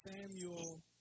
Samuel